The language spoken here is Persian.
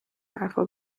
حرفا